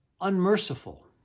unmerciful